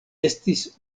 estis